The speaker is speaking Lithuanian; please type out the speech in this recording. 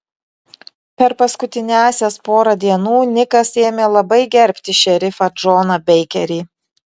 per paskutiniąsias porą dienų nikas ėmė labai gerbti šerifą džoną beikerį